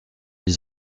les